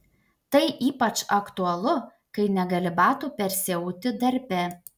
tai ypač aktualu kai negali batų persiauti darbe